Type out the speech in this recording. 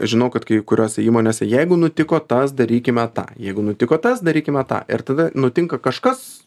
žinau kad kai kuriose įmonėse jeigu nutiko tas darykime tą jeigu nutiko tas darykime tą ir tada nutinka kažkas